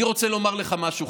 אני רוצה לומר לך משהו,